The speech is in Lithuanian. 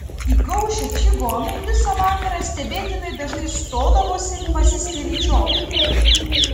įkaušę čigonai visą vakarą stebėtinai dažnai stodavosi pasiskeryčioti